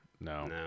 No